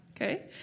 Okay